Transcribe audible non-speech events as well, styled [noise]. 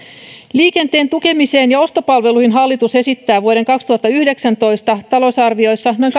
liikenteen tukemiseen ja ostopalveluihin hallitus esittää vuoden kaksituhattayhdeksäntoista talousarviossa noin [unintelligible]